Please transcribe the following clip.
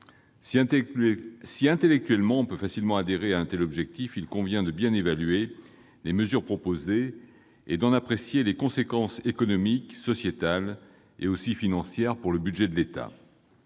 Si intellectuellement on peut facilement adhérer à un tel objectif, il convient de bien évaluer les mesures proposées et d'en apprécier les conséquences économiques, sociétales et financières pour le budget de l'État.